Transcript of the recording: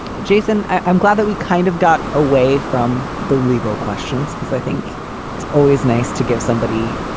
jason, i'm glad that we kind of got away from the legal questions because i think it's always nice to give somebody.